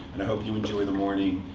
and i hope you enjoy the morning.